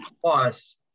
Plus